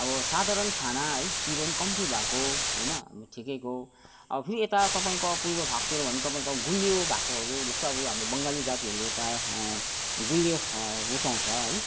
अब साधारण खाना है पिरो पनि कम्ति भएको ठिकैको अब फेरि यता तपाईँको पूर्व भागतिर भने तपाईँको गुलियो भएकोहरू जस्तै अब हाम्रो बङ्गाली जातिहरूले प्रायः गुलियो रुचाउँछ है